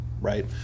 right